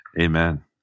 Amen